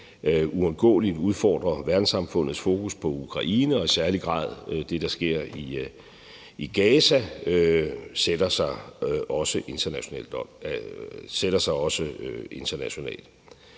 uundgåeligt udfordrer verdenssamfundets fokus på Ukraine, og i særlig grad det, der sker i Gaza, sætter sig også internationalt.